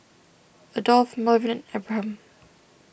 Adolph Melvyn Abraham